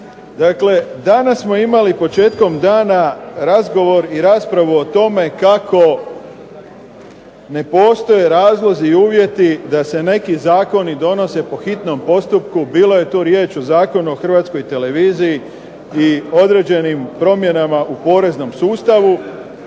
Danas smo imali početkom dana razgovor i raspravu o tome kako ne postoje razlozi i uvjeti da se neki zakoni donose po hitnom postupku, bilo je tu riječi o Zakonu o hrvatskoj televiziji i određenim promjenama u poreznom sustavu,